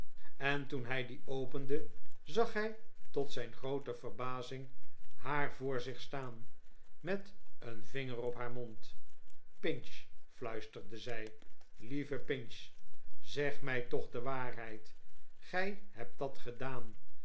en toen hij die opende zag hij tot zijn groote verbazing haar voor zich staan met een vinger op haar mond pinch fluisterde zij lieve pinch zeg mij toch de waarheid gij hebt dat gedaan